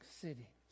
city